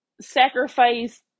sacrifice